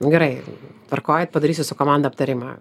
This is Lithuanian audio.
gerai tvarkoj padarysiu su komanda aptarimą